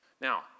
Now